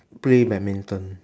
play badminton